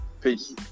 peace